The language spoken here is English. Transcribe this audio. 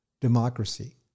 democracy